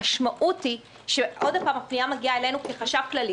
המשמעות היא שהפנייה מגיעה אלינו כחשב כללי,